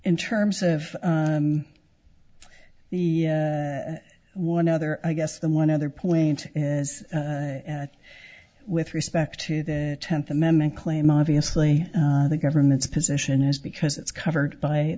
in terms of the one other i guess the one other point is with respect to the tenth amendment claim obviously the government's position is because it's covered by